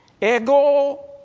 Ego